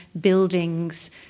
buildings